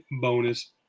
bonus